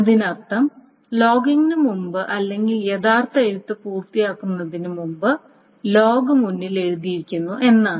അതിനർത്ഥം ലോഗിംഗിന് മുമ്പ് അല്ലെങ്കിൽ യഥാർത്ഥ എഴുത്ത് പൂർത്തിയാക്കുന്നതിന് മുമ്പ് ലോഗ് മുന്നിൽ എഴുതുന്നു എന്നാണ്